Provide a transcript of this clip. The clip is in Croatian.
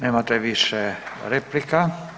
Nemate više replika.